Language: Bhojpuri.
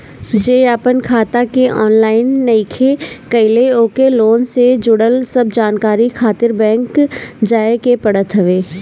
जे आपन खाता के ऑनलाइन नइखे कईले ओके लोन से जुड़ल सब जानकारी खातिर बैंक जाए के पड़त हवे